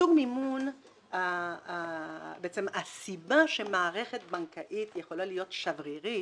סוג המימון או הסיבה שמערכת בנקאית יכולה להיות שברירית